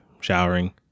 showering